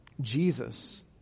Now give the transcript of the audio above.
Jesus